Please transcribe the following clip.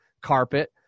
carpet